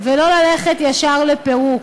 ולא ללכת ישר לפירוק,